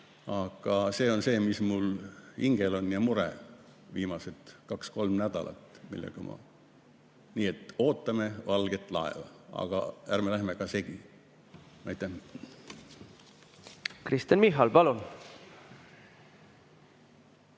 Aga see on see, mis on mul hingel ja mure viimased kaks-kolm nädalat. Nii et ootame valget laeva, aga ärme läheme segi. Aitäh!